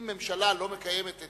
אם ממשלה לא מקיימת את